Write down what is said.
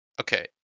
Okay